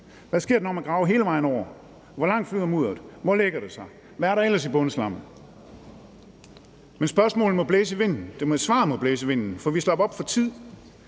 Hvad sker der, når man graver hele vejen over? Hvor langt flyder mudderet? Hvor lægger det sig? Hvad er der ellers i bundslammet? Men svarene må blæse i vinden, for vi slap op for tid.